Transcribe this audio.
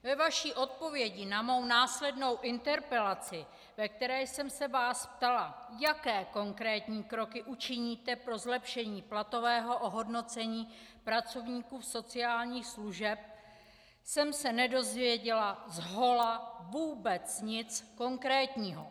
Ve vaší odpovědi na mou následnou interpelaci, ve které jsem se vás ptala, jaké konkrétní kroky učiníte pro zlepšení platového ohodnocení pracovníků sociálních služeb, jsem se nedozvěděla zhola vůbec nic konkrétního.